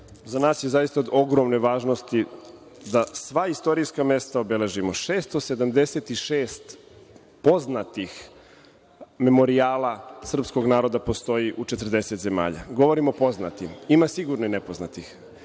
nas je zaista od ogromne važnosti da sva istorijska mesta obeležimo, 676 poznatih memorijala srpskog naroda postoji u 40 zemalja. Govorim o poznatim, ima sigurno i nepoznatih.